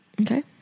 Okay